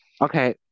okay